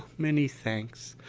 many thanks.